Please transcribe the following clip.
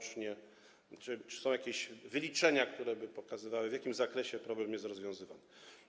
Czy są jakieś wyliczenia, które by pokazywały, w jakim zakresie problem jest rozwiązywany?